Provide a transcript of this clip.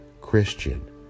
Christian